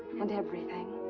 and everything.